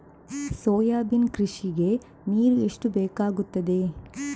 Soybean ಕೃಷಿಗೆ ನೀರು ಎಷ್ಟು ಬೇಕಾಗುತ್ತದೆ?